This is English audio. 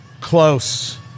Close